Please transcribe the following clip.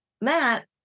Matt